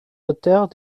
auteurs